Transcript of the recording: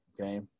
okay